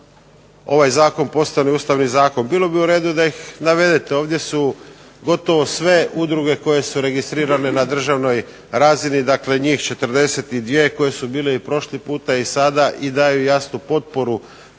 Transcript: ovaj zakon postane ustavni zakon, bilo bi u redu da ih navedete. Ovdje su gotovo sve udruge koje su registrirane na državnoj razini dakle njih 42 koje su bile i prošli puta i sada i daju jasnu potporu.